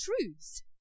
truths